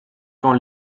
quand